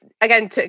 again